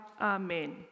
Amen